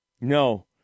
No